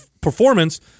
performance –